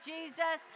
Jesus